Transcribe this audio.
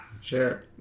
Sure